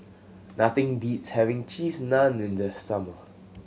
nothing beats having Cheese Naan in the summer